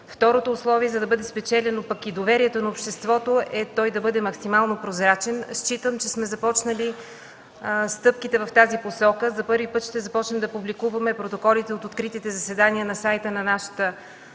Второто условие, за да бъде спечелено пък и доверието на обществото, е той да бъде максимално прозрачен. Считам, че сме започнали стъпките в тази посока. За първи път ще започнем да публикуваме протоколите от откритите заседания на сайта на нашата